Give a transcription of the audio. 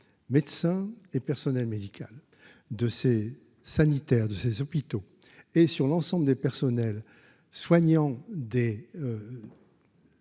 médecins et personnel médical de ces sanitaire de ces hôpitaux et sur l'ensemble des personnels soignants des